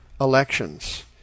elections